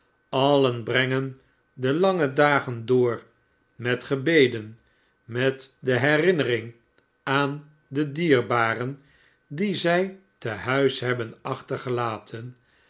alien brengen de lange dagen door met gebeden met de herinnering aan de dierbaren die zij te huis hebben achtergelaten